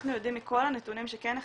אנחנו יודעים מכל הנתונים שכן נחשפו,